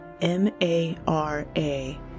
M-A-R-A